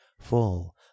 full